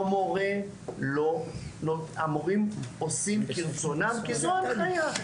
המורים עושים כרצונם כי זו ההנחיה.